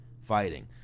Fighting